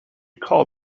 call